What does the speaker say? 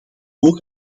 ook